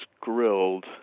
grilled